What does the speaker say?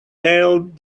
hailed